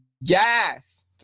Yes